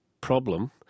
problem